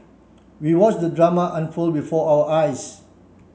we watched the drama unfold before our eyes